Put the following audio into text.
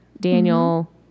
Daniel